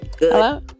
Hello